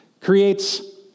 creates